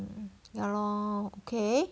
ya lor okay